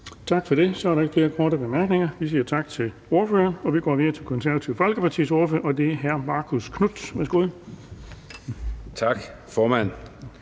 Tak for det. Så er der ikke flere korte bemærkninger. Vi siger tak til ordføreren og går videre til Det Konservative Folkepartis ordfører, og det er hr. Marcus Knuth. Værsgo. Kl.